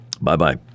Bye-bye